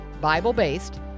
Bible-based